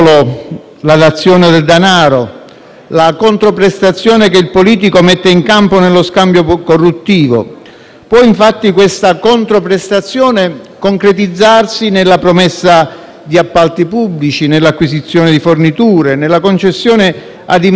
la controprestazione che il politico mette in campo nello scambio corruttivo. Questa controprestazione può, infatti, concretizzarsi nella promessa di appalti pubblici, nell'acquisizione di forniture, nella concessione a imprese a partecipazione pubblica